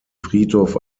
friedhof